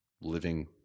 living